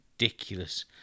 ridiculous